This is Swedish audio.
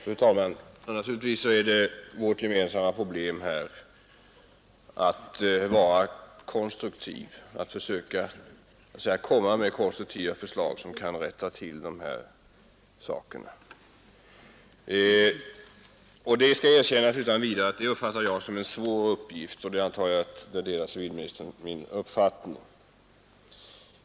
Fru talman! Naturligtvis är vår gemensamma uppgift att försöka lägga fram konstruktiva förslag som kan rätta till missförhållandena. Jag erkänner utan vidare att det är en svår uppgift, och jag antar att civilministern delar min uppfattning.